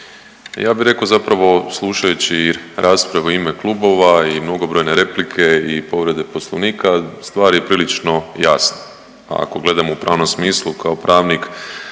Ja bih rekao zapravo slušajući raspravu u ime klubova i mnogobrojne replike i povrede Poslovnika. Stvar je prilično jasna. Ako gledamo u pravnom smislu kao pravnik